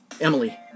Emily